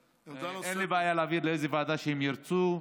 אין לי בעיה להעביר לאיזו ועדה שירצו.